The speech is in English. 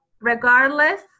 regardless